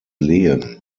lehen